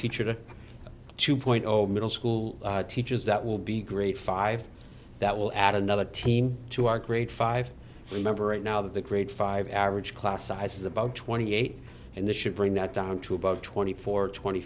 teacher two point zero middle school teachers that will be great five that will add another team to our grade five remember right now that the grade five average class size is about twenty eight and this should bring that down to about twenty four twenty